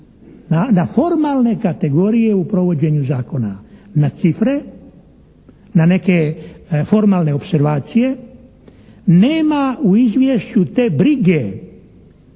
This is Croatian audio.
na formalne kategorije u provođenju zakona, na cifre, na neke formalne opservacije, nema u izvješću te brige